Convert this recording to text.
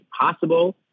possible